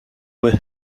with